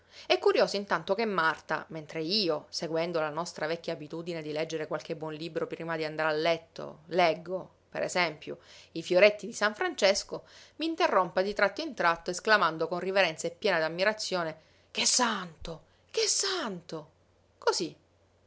è curioso intanto che marta mentre io seguendo la nostra vecchia abitudine di leggere qualche buon libro prima d'andare a letto leggo per esempio i fioretti di san francesco m'interrompa di tratto in tratto esclamando con riverenza e piena d'ammirazione che santo che santo cosí